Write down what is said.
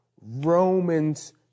Romans